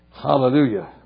Hallelujah